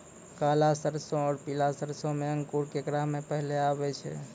काला सरसो और पीला सरसो मे अंकुर केकरा मे पहले आबै छै?